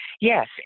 Yes